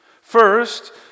First